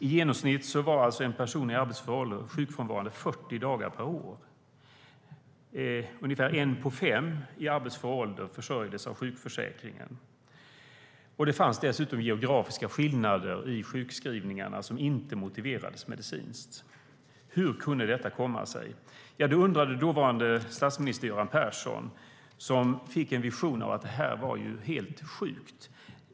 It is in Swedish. I genomsnitt var alltså en person i arbetsför ålder sjukfrånvarande 40 dagar per år. Ungefär en av fem i arbetsför ålder försörjdes av sjukförsäkringen. Det fanns dessutom geografiska skillnader i sjukskrivningarna som inte motiverades medicinskt. Hur kunde detta komma sig? Ja, det undrade dåvarande statsminister Göran Persson, som fick en vision av att det här var helt sjukt.